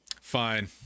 fine